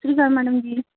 ਸਤਿ ਸ਼੍ਰੀ ਅਕਾਲ ਮੈਡਮ ਜੀ